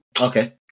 Okay